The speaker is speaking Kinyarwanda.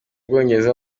bwongereza